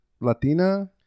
Latina